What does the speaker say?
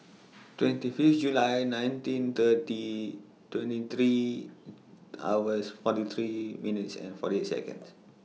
twenty Fifth July nineteen thirty twenty three hours forty three minutes and forty Seconds